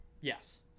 Yes